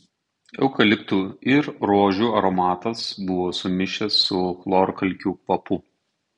eukaliptų ir rožių aromatas buvo sumišęs su chlorkalkių kvapu